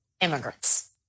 immigrants